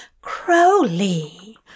Crowley